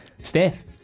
Steph